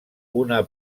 una